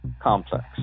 complex